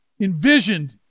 envisioned